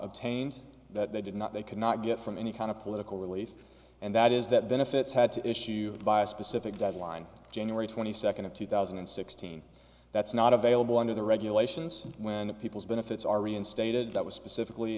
obtains that they did not they could not get from any kind of political release and that is that benefits had to issue by a specific deadline of january twenty second of two thousand and sixteen that's not available under the regulations and when the people's benefits are reinstated that was specifically